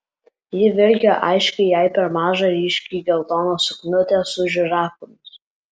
ji vilki aiškiai jai per mažą ryškiai geltoną suknutę su žirafomis